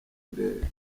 turere